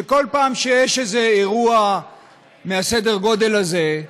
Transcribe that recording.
שכל פעם שיש איזה אירוע מסדר הגודל הזה,